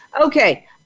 Okay